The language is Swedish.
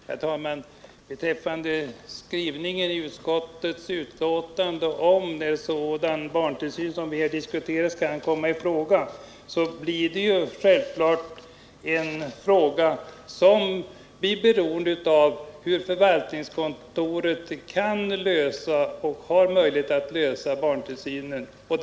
Herr talman! Beträffande skrivningen i utskottets betänkande om sådan barntillsyn som vi här diskuterar skall komma i fråga, så blir det självklart beroende av vilka möjligheter förvaltningskontoret kan ha att anordna barntillsyn i riksdagshuset.